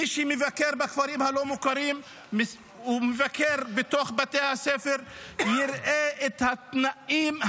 מי שמבקר בכפרים הלא-מוכרים ומבקר בבתי הספר יראה את התנאים,